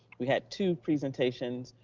we had two presentations,